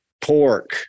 pork